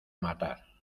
matar